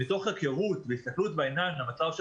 מתוך היכרות והסתכלות בעיניים למצב של